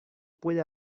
puede